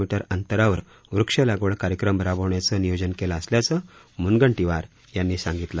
मी अंतरावर वृक्षलागवड कार्यक्रम राबवण्याचं नियोजन केलं असल्याचं मूनगंटीवार यांनी सांगितलं